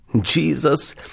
Jesus